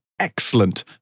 excellent